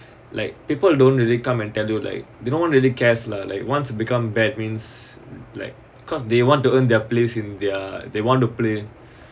like people don't really come and tell you like didn't want really cares lah like want to become bad means like cause they want to earn their place in they're they want to play